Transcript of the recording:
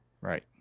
Right